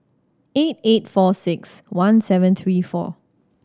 eight eight four six one seven three four